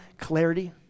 clarity